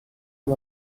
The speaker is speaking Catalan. amb